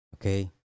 Okay